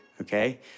okay